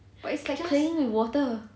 but it's like playing water